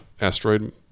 asteroid